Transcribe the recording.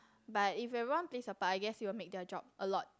but if everyone plays a part I guess it will make their job a lot